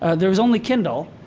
ah there was only kindle.